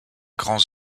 grands